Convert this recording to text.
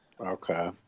Okay